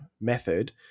method